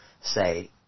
say